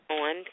on